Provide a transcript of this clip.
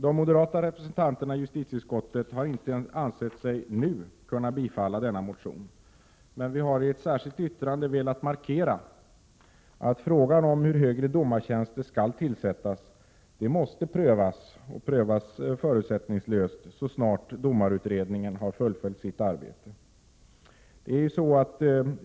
De moderata representanterna i justitieutskottet har inte ansett sig nu kunna tillstyrka denna motion, men vi har i ett särskilt yttrande velat markera att frågan, hur högre domartjänster skall tillsättas, måste prövas, och prövas förutsättningslöst, så snart domarutredningen har fullföljt sitt arbete.